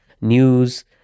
news